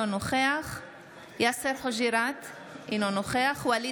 אינו נוכח עמית